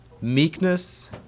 meekness